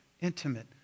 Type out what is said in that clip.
intimate